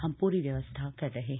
हम पूरी व्यवस्था कर रहे हैं